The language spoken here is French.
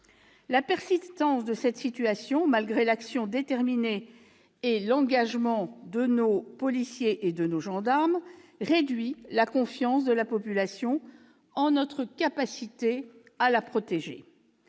La persistance de cette situation, malgré l'action déterminée et l'engagement de nos policiers et de nos gendarmes, réduit la confiance de la population en notre capacité à la protéger.